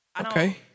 Okay